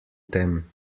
tem